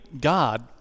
God